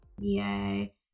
Yay